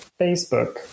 Facebook